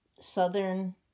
Southern